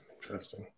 Interesting